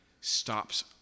stops